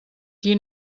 qui